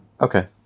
Okay